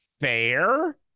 fair